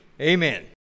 amen